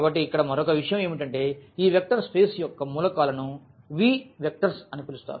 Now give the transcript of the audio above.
కాబట్టి ఇక్కడ మరొక విషయం ఏమిటంటే ఈ వెక్టర్ స్పేస్ యొక్క మూలకాలను V వెక్టర్స్ అని పిలుస్తారు